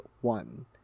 one